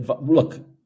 look